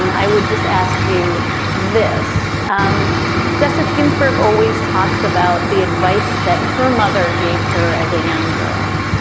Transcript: i would just ask you this um justice ginsburg always talks about the advice that her mother gave her as a young girl.